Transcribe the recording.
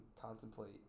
contemplate